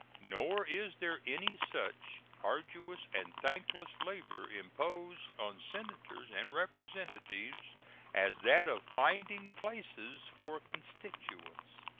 nor is there any such arduous and thankless labor imposed on senators and representatives as that of finding places for constituents.